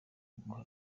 ngo